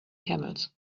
camels